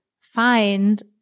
find